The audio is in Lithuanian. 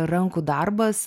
rankų darbas